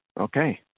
Okay